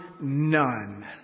none